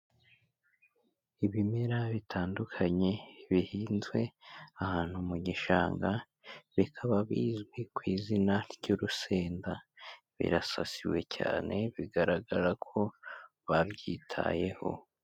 Ibimera bitandukanye bihinzwe ahantu mu gishanga, bikaba bizwi ku izina ry'urusenda birasasiwe cyane bigaragara ko babyitayeho.